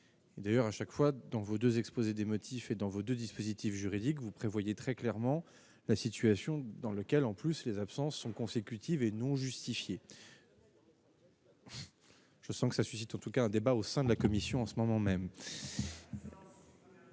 d'ailleurs, à chaque fois dans vos 2 exposés d'émeutes. Qui fait dans vos 2 dispositifs juridiques, vous prévoyez très clairement la situation dans lequel, en plus, les absences sont consécutives et non justifiées. Je sens que ça suscite en tout cas un débat au sein de la commission, en ce moment même.